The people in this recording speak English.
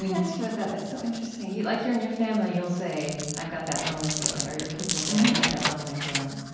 and ask you about that. that's so interesting. in like your and your family, you'll say, i've got that lonely feeling. or your kids will say, i had that lonely feeling.